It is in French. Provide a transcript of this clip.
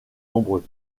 nombreux